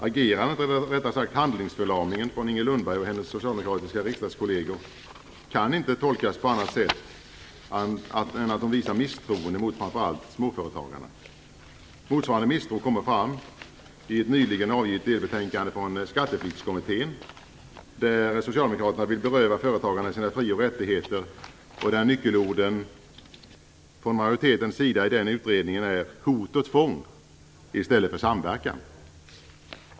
Agerandet eller rättare sagt Inger Lundbergs och hennes socialdemokratiska riksdagskollegers handlingsförlamning kan inte tolkas på annat sätt än att de visar misstroende mot framför allt småföretagarna. Motsvarande misstro kommer fram i ett nyligen avgivet delbetänkande från Skatteflyktskommittén. Socialdemokraterna vill beröva företagarna deras frioch rättigheter. Nyckelorden från majoritetens sida i den utredningen är hot och tvång i stället för samverkan.